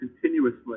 continuously